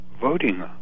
voting